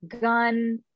gun